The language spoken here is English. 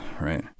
right